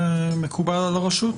מקובל על הרשות?